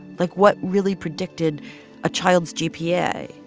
like what really predicted a child's gpa,